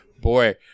boy